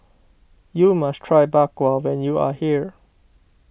you must try Bak Kwa when you are here